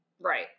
Right